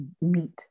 meet